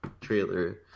trailer